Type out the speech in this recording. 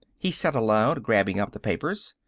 he said aloud, grabbing up the papers.